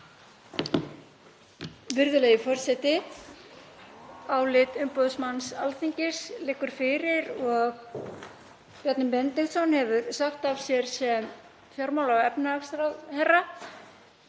Virðulegi forseti. Álit umboðsmanns Alþingis liggur fyrir og Bjarni Benediktsson hefur sagt af sér sem fjármála- og efnahagsráðherra.